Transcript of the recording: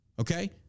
Okay